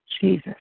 Jesus